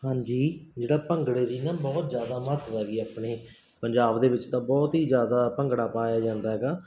ਹਾਂਜੀ ਜਿਹੜਾ ਭੰਗੜੇ ਦੀ ਨਾ ਬਹੁਤ ਜ਼ਿਆਦਾ ਮਹੱਤਵ ਹੈ ਜੀ ਆਪਣੇ ਪੰਜਾਬ ਦੇ ਵਿੱਚ ਤਾਂ ਬਹੁਤ ਹੀ ਜ਼ਿਆਦਾ ਭੰਗੜਾ ਪਾਇਆ ਜਾਂਦਾ ਹੈਗਾ